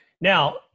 Now